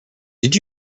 did